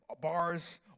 bars